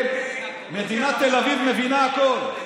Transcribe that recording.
כן, מדינת תל אביב מבינה הכול.